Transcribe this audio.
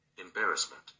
Embarrassment